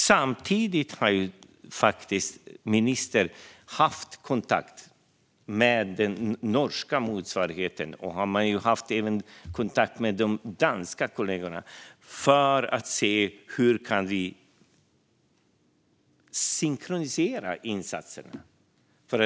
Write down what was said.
Samtidigt har ministern haft kontakt med sin norska motsvarighet och även med de danska kollegorna för att se hur vi kan synkronisera insatsen.